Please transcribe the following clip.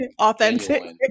authentic